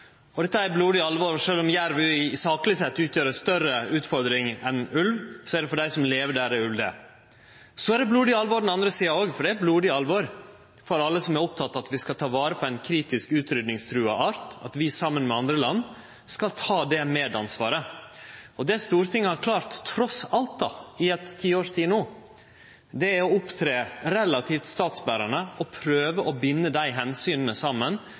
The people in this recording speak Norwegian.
ulv. Dette er blodig alvor. Sjølv om jerv sakleg sett utgjer ei større utfordring enn ulv, er det blodig alvor for dei som lever der det er ulv. Det er blodig alvor på den andre sida òg. Det er blodig alvor for alle som er opptekne av at vi skal ta vare på ein kritisk utrydningstrua art, og at vi saman med andre land skal ta det medansvaret. Det Stortinget trass alt har klart, i ei ti års tid no, er å opptre relativt statsberande og prøve å binde desse omsyna saman